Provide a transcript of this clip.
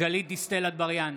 גלית דיסטל אטבריאן,